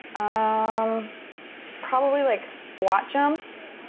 ah um probably like squat jumps.